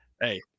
Hey